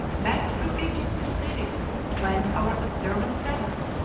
back through egypt to syria went our observant traveller,